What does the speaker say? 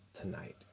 tonight